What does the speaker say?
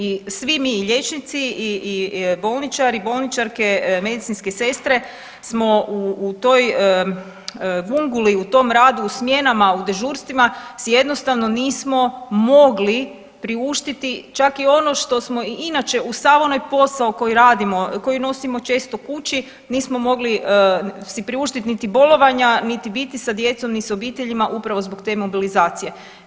I svi mi i liječnici i bolničari i bolničarke, medicinske sestre smo u toj vunguli u tom radu u smjenama u dežurstvima si jednostavno nismo mogli priuštiti čak i ono što smo i inače uz sav onaj posao koji radimo, koji nosimo često kući nismo mogli si priuštiti niti bolovanja, niti biti sa djecom, ni s obiteljima upravo zbog te mobilizacije.